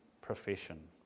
profession